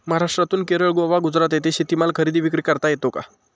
महाराष्ट्रातून केरळ, गोवा, गुजरात येथे शेतीमाल खरेदी विक्री करता येतो का?